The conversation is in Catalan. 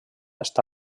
està